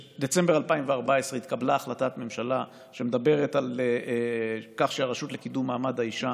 בדצמבר 2014 התקבלה החלטת ממשלה שמדברת על כך שהרשות לקידום מעמד האישה